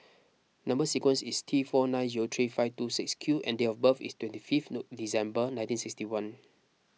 Number Sequence is T four nine zero three five two six Q and date of birth is twenty fifth no December nineteen sixty one